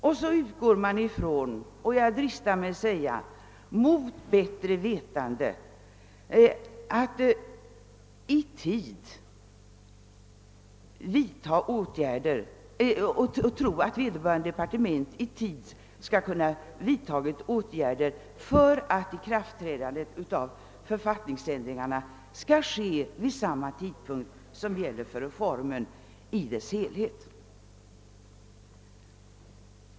Man utgår — jag dristar mig att säga: mot bättre vetande — från att vederbörande departement i tid skall kunna vidta åtgärder för = att författningsändringarna skall kunna träda i kraft vid samma tidpunkt som gäller för reformen i dess helhet.